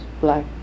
black